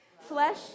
Flesh